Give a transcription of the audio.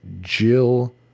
Jill